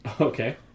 Okay